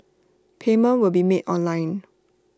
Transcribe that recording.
payment will be made online